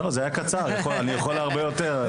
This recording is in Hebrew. זה היה קצר, אני יכול להאריך הרבה יותר.